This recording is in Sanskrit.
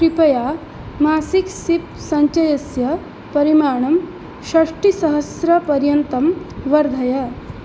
कृपया मासिक सिप् सञ्चयस्य परिमाणं षष्टिसहस्रपर्यन्तं वर्धय